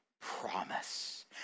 promise